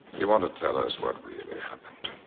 you want to tell us what really happened?